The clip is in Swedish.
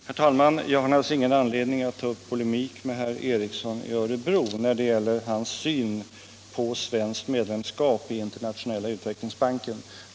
Herr talman! Jag har naturligtvis ingen anledning att ta upp polemik med herr Ericson i Örebro när det gäller hans syn på svenskt medlemskap i Interamerikanska utvecklingsbanken.